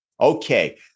Okay